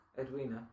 Edwina